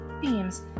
themes